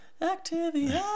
Activity